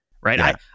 right